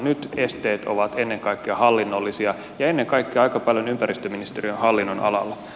nyt esteet ovat ennen kaikkea hallinnollisia ja ennen kaikkea aika paljon ympäristöministeriön hallinnonalalla